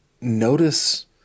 notice